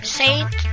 saint